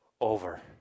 over